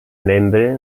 membre